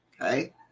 okay